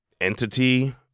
entity